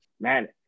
man